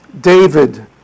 David